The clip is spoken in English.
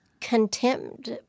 contempt